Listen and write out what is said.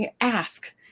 ask